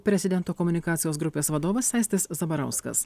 prezidento komunikacijos grupės vadovas aistis zabarauskas